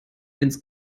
ins